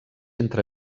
entre